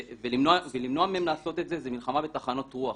ולמנוע מהם לעשות את זה, זה מלחמה בתחנות רוח.